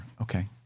Okay